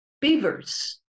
beavers